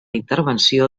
intervenció